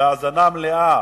בהאזנה מלאה.